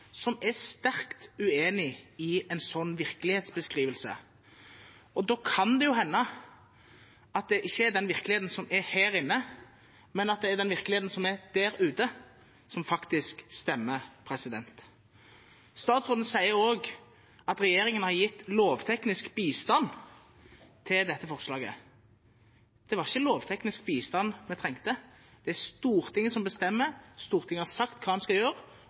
som er sterkt uenig i en sånn virkelighetsbeskrivelse. Da kan det jo hende at det ikke er den virkeligheten som er her inne, men den virkeligheten som er der ute, som faktisk stemmer. Statsråden sier også at regjeringen har gitt lovteknisk bistand til dette forslaget. Det var ikke lovteknisk bistand vi trengte. Det er Stortinget som bestemmer – Stortinget har sagt hva man skal gjøre,